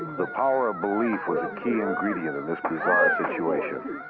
the power of belief was the key ingredient in this bizarre situation.